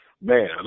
Man